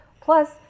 plus